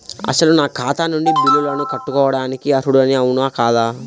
అసలు నా ఖాతా నుండి బిల్లులను కట్టుకోవటానికి అర్హుడని అవునా కాదా?